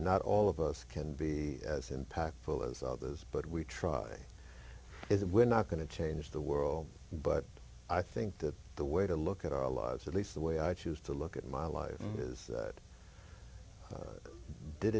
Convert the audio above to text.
not all of us can be as impactful as others but we try is that we're not going to change the world but i think that the way to look at our lives at least the way i choose to look at my life is